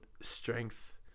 strength